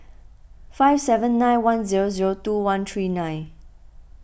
five seven nine one zero zero two one three nine